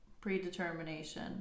predetermination